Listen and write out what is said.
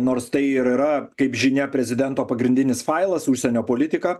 nors tai ir yra kaip žinia prezidento pagrindinis failas užsienio politika